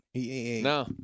No